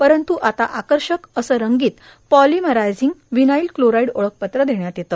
परंत् आता आकर्षक असे रंगीत पॉलिमेरायझिंग विनाइल क्लोराईड ओळखपत्र देण्यात येते